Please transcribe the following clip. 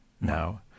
now